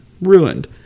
ruined